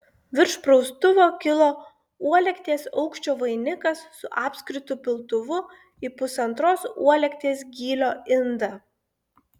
virš praustuvo kilo uolekties aukščio vainikas su apskritu piltuvu į pusantros uolekties gylio indą